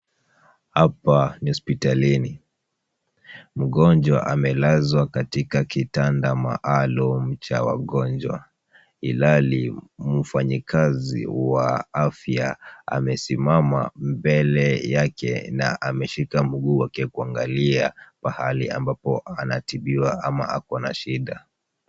Hapa ni hospitalini. Mgonjwa amelazwa katika kitanda maalum cha wagonjwa, ilhali mfanyikazi wa afya amesimama mbele yake na ameshika mguu wake kuangalia pahali ambapo anatibiwa ama ako na shida.